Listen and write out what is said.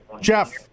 Jeff